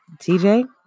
TJ